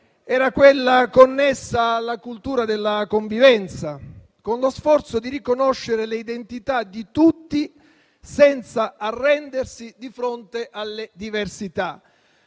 era quella connessa alla cultura della convivenza con lo sforzo di riconoscere le identità di tutti senza arrendersi di fronte alle diversità.